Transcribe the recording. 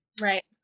Right